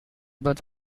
but